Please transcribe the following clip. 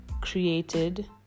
created